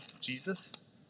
Jesus